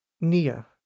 Nia